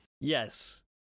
yes